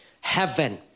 heaven